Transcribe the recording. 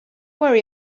worry